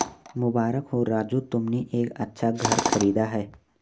मुबारक हो राजू तुमने एक अच्छा घर खरीदा है